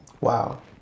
wow